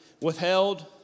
withheld